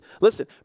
listen